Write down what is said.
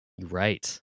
Right